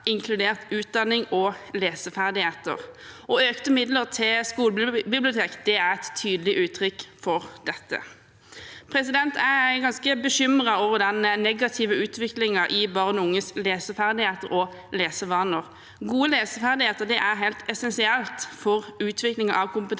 inkludert utdanning og leseferdigheter. Økte midler til skolebibliotek er et tydelig uttrykk for dette. Jeg er ganske bekymret over den negative utviklingen i barn og unges leseferdigheter og lesevaner. Gode leseferdigheter er helt essensielt for utvikling av kompetanse